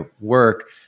work